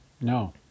No